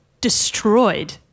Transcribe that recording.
destroyed